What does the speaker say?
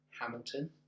Hamilton